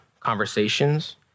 conversations